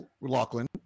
Lachlan